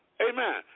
amen